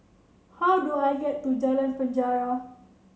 how do I get to Jalan Penjara